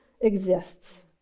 exists